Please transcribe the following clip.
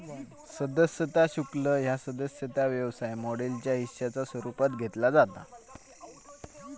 सदस्यता शुल्क ह्या सदस्यता व्यवसाय मॉडेलच्या हिश्शाच्या स्वरूपात घेतला जाता